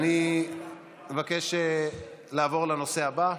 אני מבקש לעבור לנושא הבא,